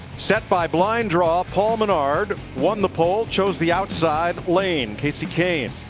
set by blind draw, paul menard won the pole, chose the outside lane. kasey kahne,